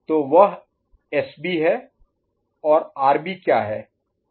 तो वह एसबी है और आरबी क्या है